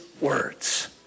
words